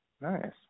Nice